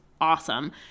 awesome